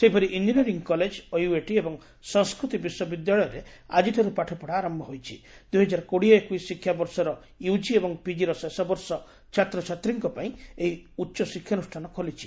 ସେହିପରି engineering college OUAT ଏବଂ ସଂସ୍ବୃତି ବିଶ୍ୱବିଦ୍ୟାଳୟରେ ଆଜିଠାରୁ ପାଠପଢ଼ା ଆର ଶିକ୍ଷାବର୍ଷର ୟୁଜି ଏବଂ ପିଜିର ଶେଷବର୍ଷ ଛାତ୍ରଛାତ୍ରୀଙ୍କ ପାଇଁ ଏହି ଉଚ୍ଚଶିକ୍ଷାନୁଷ୍ଠାନ ଖୋଲିଛି